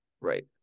Right